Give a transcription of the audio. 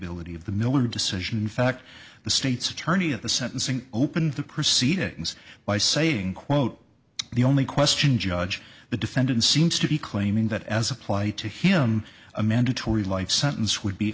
of the miller decision in fact the state's attorney at the sentencing opened the proceedings by saying quote the only question judge the defendant seems to be claiming that as applied to him a mandatory life sentence would be